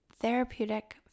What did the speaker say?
therapeutic